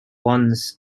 once